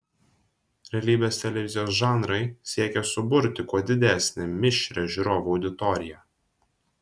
realybės televizijos žanrai siekia suburti kuo didesnę mišrią žiūrovų auditoriją